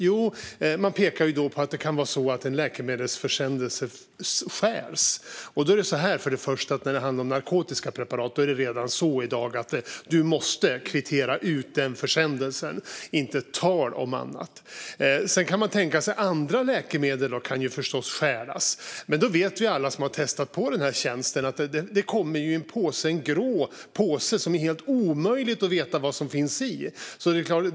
Jo, man pekar på att en läkemedelsförsändelse kan stjälas. Men när det handlar om till exempel narkotiska preparat måste man redan i dag kvittera ut en sådan försändelse. Det är inte tu tal om annat. Man kan förstås även tänka sig att andra läkemedel stjäls. Men alla vi som har testat denna tjänst vet att läkemedlen kommer i en grå påse, och det är helt omöjligt att veta vad som finns i den.